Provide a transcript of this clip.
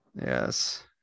yes